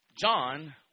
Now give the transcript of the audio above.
John